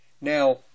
now